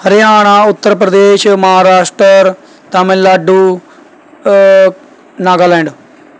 Haryana Uttar Pradesh Maharashtra Tamil Nadu Nagaland